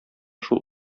шул